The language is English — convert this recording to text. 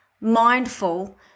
mindful